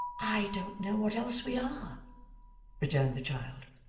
i don't know what else we are returned the child.